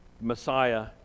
Messiah